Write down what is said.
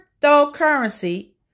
cryptocurrency